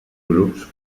grups